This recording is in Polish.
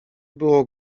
było